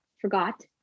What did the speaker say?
forgot